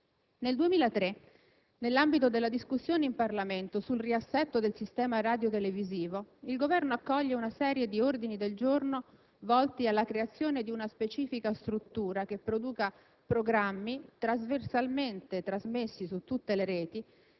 Nel 2003, nell'ambito della discussione in Parlamento sul riassetto del sistema radiotelevisivo, il Governo accoglie una serie di ordini del giorno volti alla creazione di una specifica struttura che produca programmi trasversalmente trasmessi su tutte le reti,